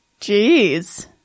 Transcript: Jeez